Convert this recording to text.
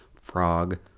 Frog